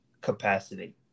capacity